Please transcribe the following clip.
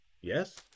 Yes